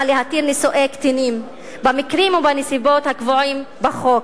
להתיר נישואי קטינים במקרים ובנסיבות הקבועים בחוק,